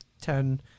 ten